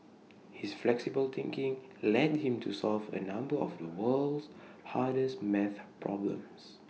his flexible thinking led him to solve A number of the world's hardest math problems